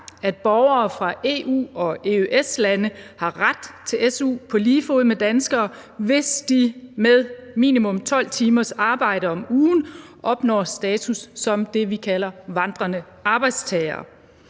at borgere fra EU-/EØS-lande på lige fod med danskere har ret til su, hvis de med minimum 12 timers arbejde om ugen opnår status som det, vi kalder vandrende arbejdstagere.